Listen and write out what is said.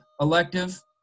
elective